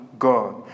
God